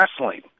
wrestling